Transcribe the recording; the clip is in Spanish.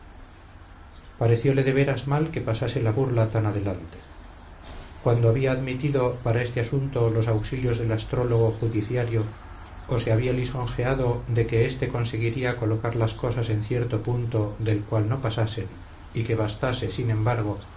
parecióle de veras mal que pasase la burla tan adelante cuando había admitido para este asunto los auxilios del astrólogo judiciario o se había lisonjeado de que éste conseguiría colocar las cosas en cierto punto del cual no pasasen y que bastase sin embargo